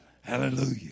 Hallelujah